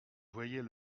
voyait